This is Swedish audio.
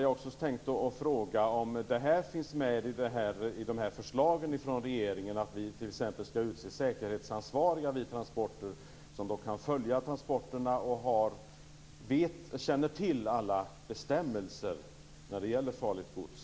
Jag undrar om det i regeringens förslag finns med t.ex. att vi skall utse säkerhetsansvariga som kan följa transporterna och som känner till alla bestämmelser när det gäller farligt gods?